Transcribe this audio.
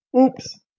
oops